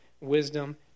wisdom